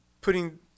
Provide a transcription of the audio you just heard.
putting